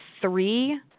three